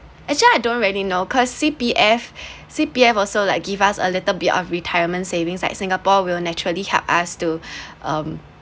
actually I don't really know because C_P_F C_P_F also like give us a little bit of retirement savings like singapore will naturally help us to um